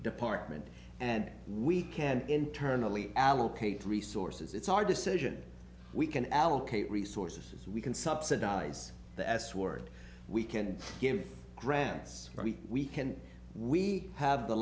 department and we can internally allocate resources it's our decision we can allocate resources we can subsidize the s word we can give grants or we can we have the